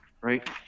Right